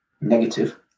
negative